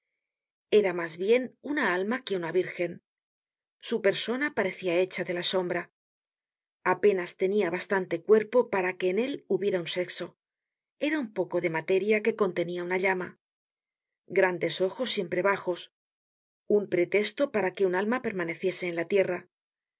era mas bien una alma que una virgen su persona parecia hecha de la sombra apenas tenia bastante cuerpo para que en él hubiera un sexo era un poco de materia que contenia una llama grandes ojos siempre bajos un pretesto para que una alma permaneciese en la tierra